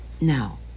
Now